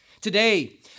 today